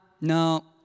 No